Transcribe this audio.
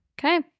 Okay